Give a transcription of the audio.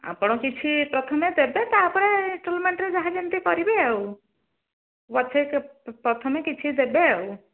ଆପଣ କିଛି ପ୍ରଥମେ ଦେବେ ତାପରେ ଇନ୍ଷ୍ଟଲମେଣ୍ଟରେ ଯାହା ଯେମିତି କରିବେ ଆଉ ପଛେ ପ୍ରଥମେ କିଛି ଦେବେ ଆଉ